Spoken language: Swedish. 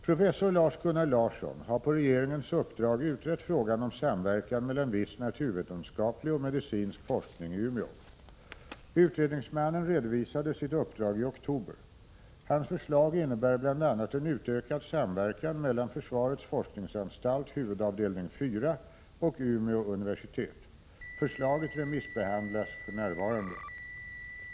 Professor Lars-Gunnar Larsson har på regeringens uppdrag utrett frågan om samverkan mellan viss naturvetenskaplig och medicinsk forskning i Umeå. Utredningsmannen redovisade sitt uppdrag i oktober. Hans förslag innebär bl.a. en utökad samverkan mellan försvarets forskningsanstalt, huvudavdelning 4, och Umeå universitet. Förslaget remissbehandlas för närvarande.